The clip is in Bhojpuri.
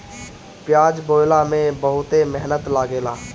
पियाज बोअला में बहुते मेहनत लागेला